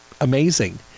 amazing